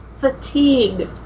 fatigue